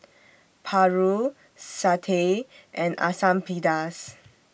Paru Satay and Asam Pedas